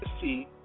see